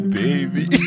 baby